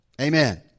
Amen